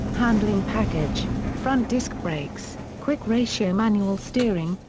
handling package, front disc brakes, quick-ratio manual steering,